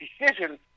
decisions